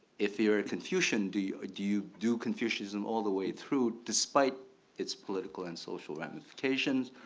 if you're a confucian do ah do you do confucianism all the way through despite its political and social ramifications?